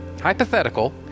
hypothetical